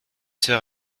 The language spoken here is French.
sœur